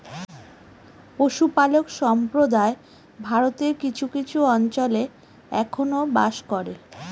পশুপালক সম্প্রদায় ভারতের কিছু কিছু অঞ্চলে এখনো বাস করে